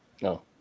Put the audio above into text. No